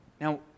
Now